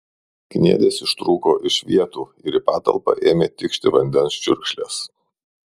kniedės ištrūko iš vietų ir į patalpą ėmė tikšti vandens čiurkšlės